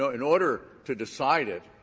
ah in order to decide it,